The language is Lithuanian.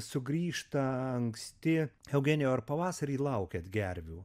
sugrįžta anksti eugenijau ar pavasarį laukiat gervių